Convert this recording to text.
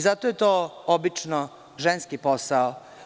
Zato je to obično ženski posao.